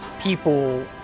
people